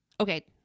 okay